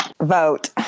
vote